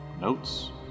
notes